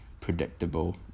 predictable